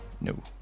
No